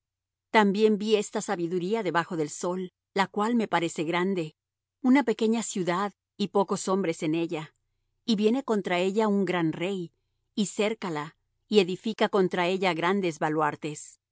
también vi esta sabiduría debajo del sol la cual me parece grande una pequeña ciudad y pocos hombres en ella y viene contra ella un gran rey y cércala y edifica contra ella grandes baluartes